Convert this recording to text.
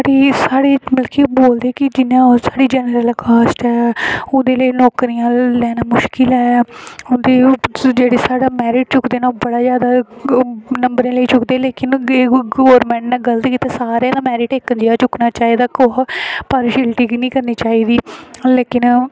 ते साढ़े इंया की बोलदे कि जियां जनरल कास्ट ऐ ओह्दे लेई नौकरियां बी लैना मुश्कल ऐ ते ओह् साढ़े जेह्ड़ा मेरिट चुक्कदे न ओह् जेह्ड़ा ऐ ओह् जादै कोला जादै नंबरें लेई चुक्कदे पर ओह् गौरमेंट नै गलत कीते दा सारें दा मेरिट इक्क जनेहा चुक्कना चाहिदा ओह् पार्टिशिल्टी निं करनी चाहिदी लेकिन